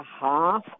half